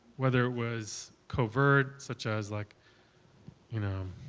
whether it was covert, such as, like you know,